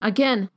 Again